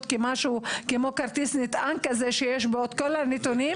משהו כמו כרטיס נטען שיש בו כל הנתונים,